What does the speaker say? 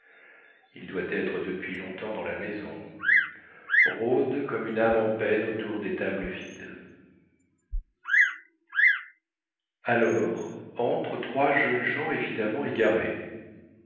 depuis longtemps dans la maison rôde comme une âme en peine autour des tables vides alors entrent trois jeunes gens évidemment égarés